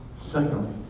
Secondly